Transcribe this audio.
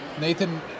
Nathan